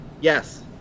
Yes